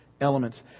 elements